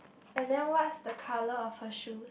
and then what's the color of her shoes